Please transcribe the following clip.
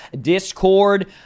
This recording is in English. Discord